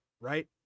right